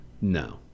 No